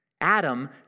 Adam